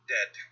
Dead